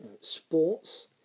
sports